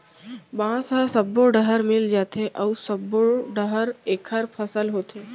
बांस ह सब्बो डहर मिल जाथे अउ सब्बो डहर एखर फसल होथे